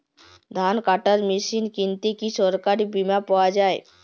ধান কাটার মেশিন কিনতে কি সরকারী বিমা পাওয়া যায়?